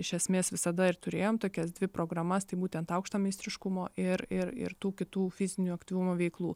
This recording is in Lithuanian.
iš esmės visada ir turėjom tokias dvi programas tai būtent aukšto meistriškumo ir ir ir tų kitų fizinio aktyvumo veiklų